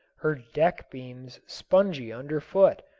her deck-beams spongy under foot,